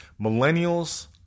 Millennials